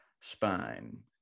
spine